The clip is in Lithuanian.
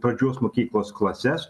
pradžios mokyklos klases